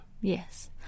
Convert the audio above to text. Yes